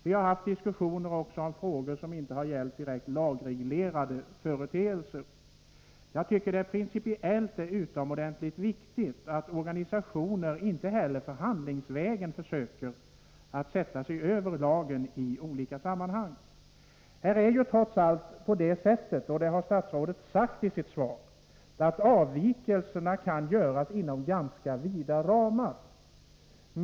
Vi har haft diskussioner också om frågor som inte direkt gällt lagreglerade företeelser. Jag tycker att det principiellt är utomordentligt viktigt att organisationerna inte heller förhandlingsvägen försöker sätta sig över lagen i olika sammanhang. Trots allt — det har statsrådet sagt i sitt svar också — kan avvikelserna göras inom ganska vida ramar.